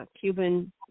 Cuban